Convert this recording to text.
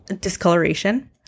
discoloration